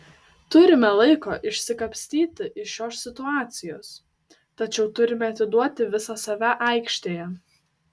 turime laiko išsikapstyti iš šios situacijos tačiau turime atiduoti visą save aikštėje